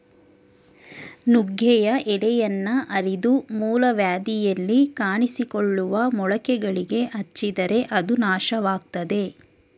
ನುಗ್ಗೆಯ ಎಲೆಯನ್ನ ಅರೆದು ಮೂಲವ್ಯಾಧಿಯಲ್ಲಿ ಕಾಣಿಸಿಕೊಳ್ಳುವ ಮೊಳಕೆಗಳಿಗೆ ಹಚ್ಚಿದರೆ ಅದು ನಾಶವಾಗ್ತದೆ